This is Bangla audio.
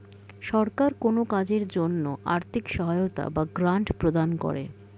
সরকার কোন কাজের জন্য আর্থিক সহায়তা বা গ্র্যান্ট প্রদান করে